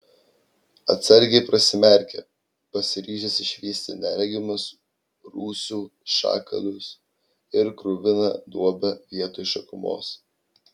atsargiai prasimerkė pasiryžęs išvysti neregimus rūsių šakalus ir kruviną duobę vietoj šakumos